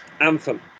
Anthem